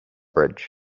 bridge